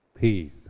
peace